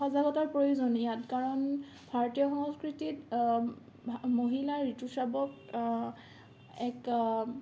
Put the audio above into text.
সজাগতাৰ প্ৰয়োজন ইয়াত কাৰণ ভাৰতীয় সংস্কৃতিত মহিলাৰ ঋতুস্ৰাৱক এক